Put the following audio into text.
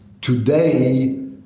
today